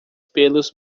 pelos